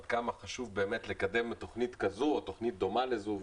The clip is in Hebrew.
עד כמה חשוב לקדם תוכנית כזו או תוכנית דומה לזו.